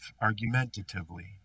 argumentatively